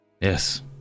Yes